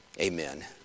Amen